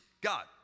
God